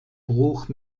bruch